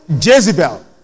Jezebel